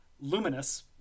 luminous